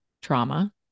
trauma